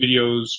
videos